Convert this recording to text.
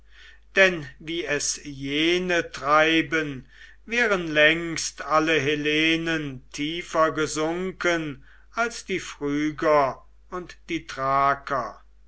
denn wie es jene treiben wären längst alle hellehen tiefer gesunken als die phryger und die thraker